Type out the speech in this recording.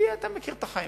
כי אתה מכיר את החיים,